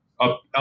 up